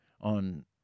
on